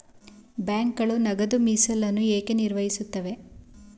ಬ್ಯಾಂಕುಗಳು ನಗದು ಮೀಸಲನ್ನು ಏಕೆ ನಿರ್ವಹಿಸುತ್ತವೆ?